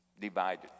Divided